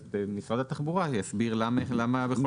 משרד התחבורה יסביר למה בכל זאת הכניסו את זה.